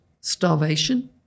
starvation